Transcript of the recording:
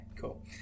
cool